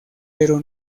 pero